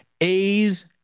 A's